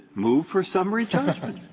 move for summary judgment.